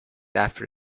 after